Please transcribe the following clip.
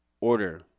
order